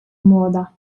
młoda